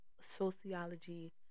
sociology